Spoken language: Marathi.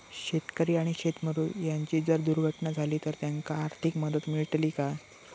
शेतकरी आणि शेतमजूर यांची जर दुर्घटना झाली तर त्यांका आर्थिक मदत मिळतली काय?